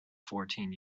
fourteen